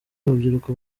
urubyiruko